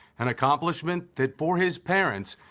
and accomplishment fit for his parents,